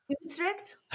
Utrecht